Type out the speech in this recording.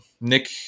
Nick